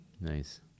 Nice